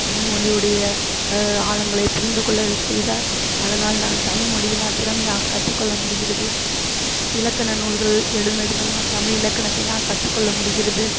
தமிழ் மொழியுடைய க ஆழங்களை புரிந்துகொள்ள செய்தார் அதனால் நான் தமிழ் மொழிய நான் திறமையாக கற்றுக்கொள்ள முடிகிறது இலக்கண நூல்கள் எழுதுனது வந் நான் தமிழ் இலக்கணத்தை நான் கற்றுக்கொள்ள முடிகிறது